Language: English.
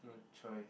no choice